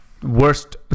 Worst